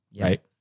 right